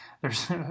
theres